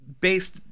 based